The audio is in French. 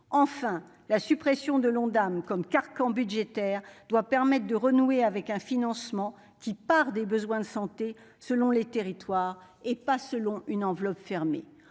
Enfin, la suppression de l'Ondam comme carcan budgétaire doit permettre de renouer avec un financement qui parte des besoins de santé selon les territoires et non d'une enveloppe fermée.